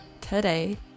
today